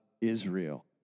Israel